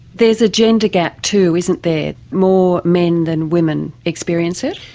there's a gender gap too, isn't there, more men than women experience it?